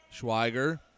Schweiger